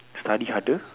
study harder